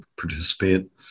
participate